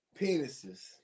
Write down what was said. penises